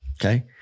okay